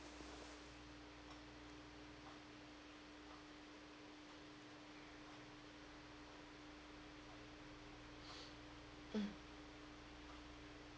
mm